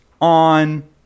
on